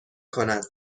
کند